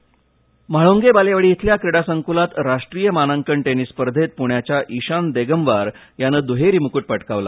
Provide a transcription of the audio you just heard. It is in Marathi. टेनिस म्हाळूंगे बालेवाडी इथल्या क्रीडासंक्रलात राष्ट्रीय मानांकन टेनिस स्पर्धेंत प्रण्याच्या ईशान देगमवार यानं दृहेरी मुकुट पटकावला